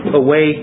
away